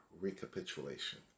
recapitulation